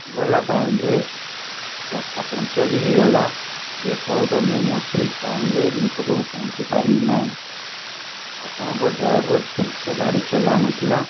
ଗଲା ଟାଇମରେ ଚକା ପଙ୍କଚର ବି ହୋଇଗଲା ଯେ ଫଳତଃ ମୁଁ ମୋ ଠିକ ଟାଇମରେ ନିକଟକୁ ପହଞ୍ଚି ପାରିଲି ନାହିଁ ଆପଣଙ୍କ ଡ୍ରାଇଭର ଠିକ ସେ ଗାଡ଼ି ଚଲାଉନଥିଲା